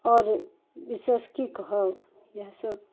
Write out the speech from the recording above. आओर विशेष कि कहब इएह सब